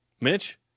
Mitch